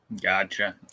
Gotcha